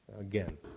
Again